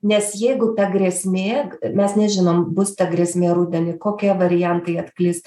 nes jeigu ta grėsmė mes nežinom bus ta grėsmė rudenį kokie variantai atklys